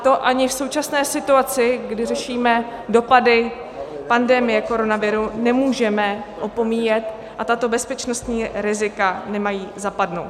To ani v současné situaci, kdy řešíme dopady pandemie koronaviru, nemůžeme opomíjet a tato bezpečnostní rizika nemají zapadnout.